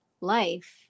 life